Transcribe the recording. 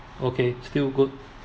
okay still good